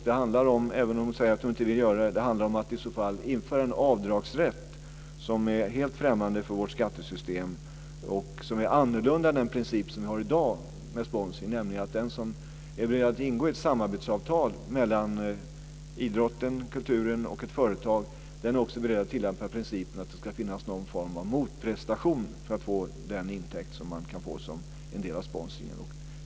Det handlar om, även om hon säger att hon inte vill göra det, att införa en avdragsrätt som är helt främmande för vårt skattesystem och som är annorlunda den princip som vi har i dag med sponsring, nämligen att den som är beredd att ingå ett samarbetsavtal mellan idrotten, kulturen och ett företag är också beredd till principen att det ska finnas någon form av motprestation för att få den intäkt som man kan få som en del av sponsring.